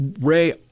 ray